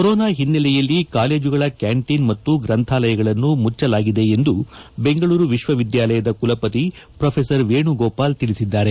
corona ಹಿನ್ನೆಲೆಯಲ್ಲಿ ಕಾಲೇಜುಗಳ canteen ಮತ್ತು ಗ್ರಂಥಾಲಯಗಳನ್ನು ಮುಚ್ಚಲಾಗಿದೆ ಎಂದು ಬೆಂಗಳೂರು ವಿಶ್ವವಿದ್ಯಾಲಯದ ಕುಲಪತಿ ಪ್ರೊ ವೇಣುಗೋಪಾಲ್ ತಿಳಿಸಿದ್ದಾರೆ